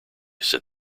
said